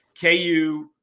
KU